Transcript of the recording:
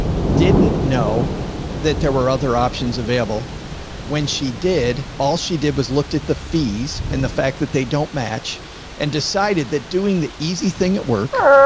didn't know that there were other options available when she did all she did was looked at the fees and the fact that they don't match and decided that doing the easy thing at work